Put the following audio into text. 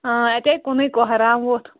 اَتیَے کُنُے کۄہرام ووٚتھ